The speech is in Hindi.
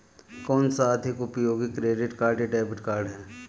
कौनसा अधिक उपयोगी क्रेडिट कार्ड या डेबिट कार्ड है?